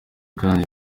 kandi